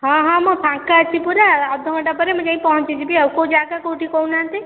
ହଁ ହଁ ମୁଁ ଫାଙ୍କା ଅଛି ପୁରା ଅଧା ଘଣ୍ଟା ପରେ ମୁଁ ଯାଇକି ପହଞ୍ଚିଯିବି ଆଉ କେଉଁ ଜାଗା କେଉଁଠି କହୁନାହାନ୍ତି